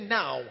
now